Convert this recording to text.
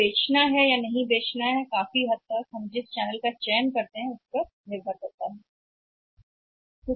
लेकिन यह श्रेय देने या नहीं देने के लिए काफी हद तक यह निर्भर करता है चैनल पर हम अंत में चयन करने के लिए कह रहे हैं